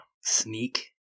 sneak